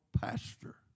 pastor